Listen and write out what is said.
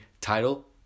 Title